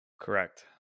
correct